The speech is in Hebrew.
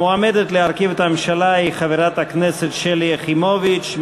המועמדת להרכיב את הממשלה היא חברת הכנסת שלי יחימוביץ.